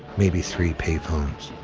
maybe three payphones.